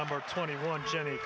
number twenty one jenny